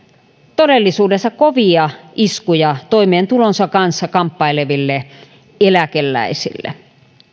todellisuudessa kovia iskuja toimeentulonsa kanssa kamppaileville eläkeläisille